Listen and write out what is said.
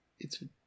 it's-